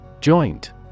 Joint